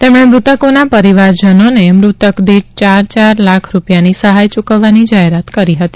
તેમણે મૃતકોના પરિવારજનોને મૃતકદિઠ ચાર ચાર લાખ રૂપિયાની સહાય ચૂકવાની કરી જાહેરાત હતી